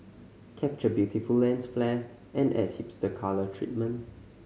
capture beautiful lens flare and add hipster colour treatment